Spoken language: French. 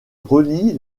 relie